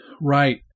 Right